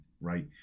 right